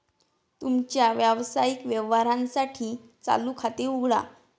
तुमच्या व्यावसायिक व्यवहारांसाठी चालू खाते उघडा